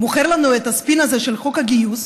שמוכר לנו את הספין הזה של חוק הגיוס,